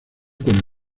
con